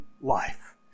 life